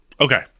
Okay